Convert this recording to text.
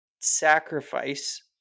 sacrifice